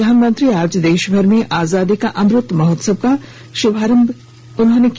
प्रधानमंत्री आज देशभर में आजादी का अमृत महोत्सव का शुभारंभ किया